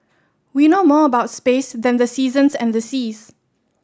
we know more about space than the seasons and the seas